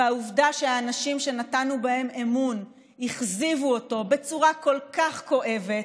והעובדה שהאנשים שנתנו בהם אמון הכזיבו בצורה כל כך כואבת,